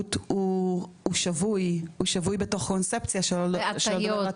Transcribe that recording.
מודעות הוא שבוי בתוך קונספציה של אשליות,